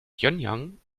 pjöngjang